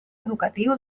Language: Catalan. educatiu